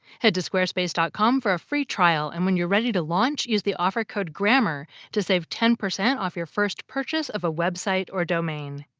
head to squarespace dot com for a free trial. and when you're ready to launch, use the offer code grammar to save ten percent off your first purchase of a website or domain.